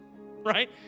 right